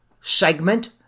segment